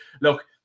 look